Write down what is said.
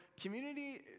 community